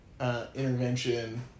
intervention